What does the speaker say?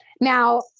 Now